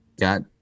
got